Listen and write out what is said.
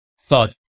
thought